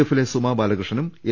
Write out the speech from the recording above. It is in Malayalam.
എഫിലെ സുമ ബാലകൃഷ്ണനും എൽ